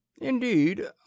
Indeed